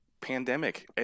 pandemic